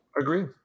agree